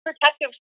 protective